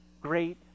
great